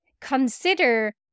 consider